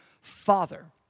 father